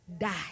Die